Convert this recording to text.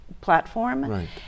platform